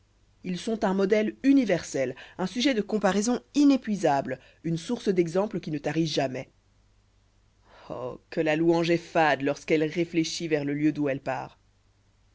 ils sont un modèle universel un sujet de comparaisons inépuisable une source d'exemples qui ne tarit jamais oh que la louange est fade lorsqu'elle réfléchit vers le lieu d'où elle part